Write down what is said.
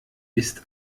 ist